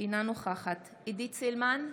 אינה נוכחת עידית סילמן,